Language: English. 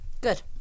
Good